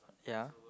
ya